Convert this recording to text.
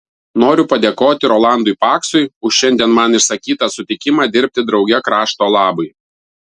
noriu padėkoti rolandui paksui už šiandien man išsakytą sutikimą dirbti drauge krašto labui